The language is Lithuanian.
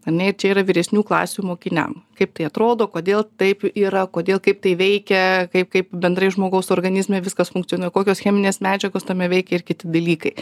ar ne ir čia yra vyresnių klasių mokiniam kaip tai atrodo kodėl taip yra kodėl kaip tai veikia kaip kaip bendrai žmogaus organizme viskas funkcionuoja kokios cheminės medžiagos tame veikia ir kiti dalykai